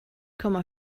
komma